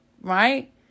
right